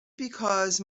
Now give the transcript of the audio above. because